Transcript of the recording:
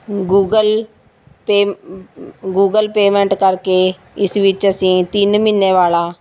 Google Pay Google payment ਕਰਕੇ ਇਸ ਵਿੱਚ ਅਸੀਂ ਤਿੰਨ ਮਹੀਨੇ ਵਾਲਾ